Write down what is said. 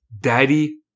Daddy